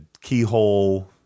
keyhole